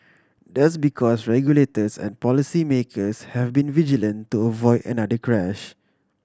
that's because regulators and policy makers have been vigilant to avoid another crash